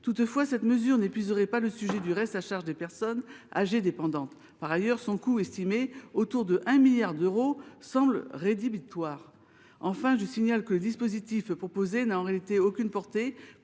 Toutefois, cette mesure n’épuiserait pas le sujet du reste à charge des personnes âgées dépendantes. Par ailleurs, son coût, estimé autour de 1 milliard d’euros, semble rédhibitoire. Enfin, le dispositif proposé n’a en réalité aucune portée